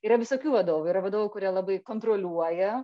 yra visokių vadovų yra vadovų kurie labai kontroliuoja